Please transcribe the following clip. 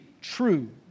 true